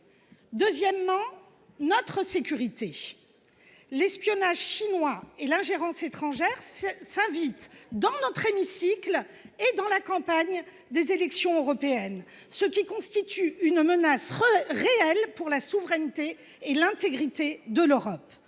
qui concerne notre sécurité, l’espionnage chinois – c’est à dire une ingérence étrangère – s’invite dans notre hémicycle et dans la campagne des élections européennes, ce qui constitue une menace réelle pour la souveraineté et l’intégrité de l’Europe.